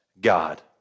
God